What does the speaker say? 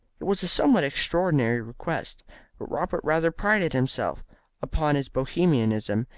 it was a somewhat extraordinary request, but robert rather prided himself upon his bohemianism,